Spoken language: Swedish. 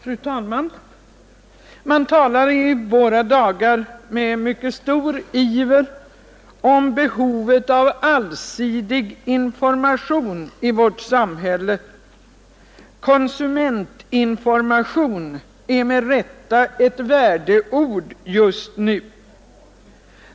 Fru talman! Man talar i våra dagar med mycket stor iver om behovet av allsidig information i vårt samhälle. Konsumentinformation är med rätta ett värdeord just nu.